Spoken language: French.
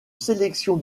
sélection